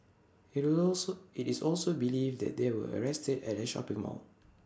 IT also IT is also believed that they were arrested at A shopping mall